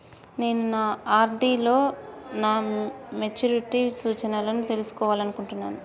నేను నా ఆర్.డి లో నా మెచ్యూరిటీ సూచనలను తెలుసుకోవాలనుకుంటున్నా